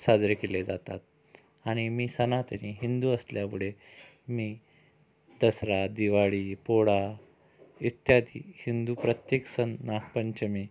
साजरे केले जातात आणि मी सनातनी हिंदू असल्यामुळे मी दसरा दिवाळी पोळा इत्यादी हिंदू प्रत्येक सण नागपंचमी